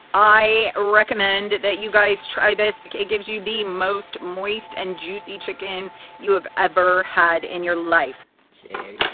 i recommend that you guys try this. it gives you the most moist and juicy chicken you have ever had in your life.